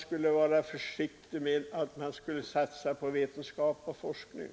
Här har sagts att vi skall satsa på vetenskap och forskning.